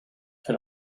put